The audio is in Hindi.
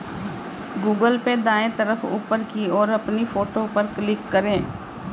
गूगल पे में दाएं तरफ ऊपर की ओर अपनी फोटो पर क्लिक करें